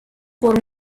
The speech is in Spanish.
por